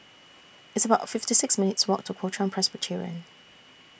It's about fifty six minutes' Walk to Kuo Chuan Presbyterian